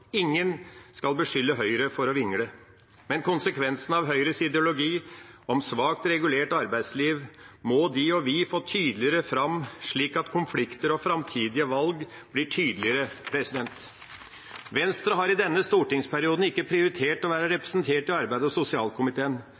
Ingen skal beskylde Høyre for å vingle, men konsekvensen av Høyres ideologi om svakt regulert arbeidsliv må de og vi få tydeligere fram, slik at konflikter og framtidige valg blir tydeligere. Venstre har i denne stortingsperioden ikke prioritert å være representert i arbeids- og sosialkomiteen.